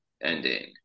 ending